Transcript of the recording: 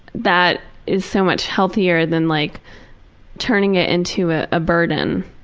that is so much healthier than like turning it into a ah burden.